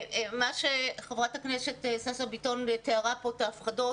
מה שחברת הכנסת שאשא ביטון תיארה כאן את ההפחדות,